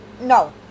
No